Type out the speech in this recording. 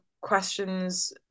questions